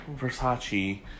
Versace